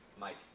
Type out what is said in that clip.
Mike